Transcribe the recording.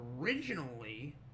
originally